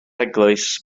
eglwys